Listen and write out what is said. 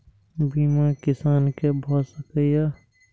बीमा किसान कै भ सके ये?